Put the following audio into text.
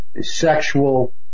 sexual